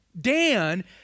Dan